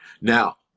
Now